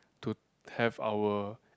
to have our